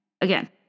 again